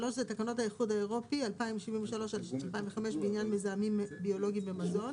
3 זה תקנות האיחוד האירופי 2073/2005 בעניין מזהמים ביולוגיים במזון.